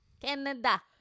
Canada